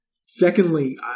Secondly